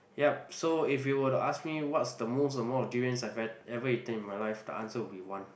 yup so if you were to ask me what's the most amount of durians that I've ever eaten in my life the answer will be one